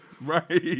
Right